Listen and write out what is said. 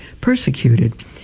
persecuted